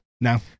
No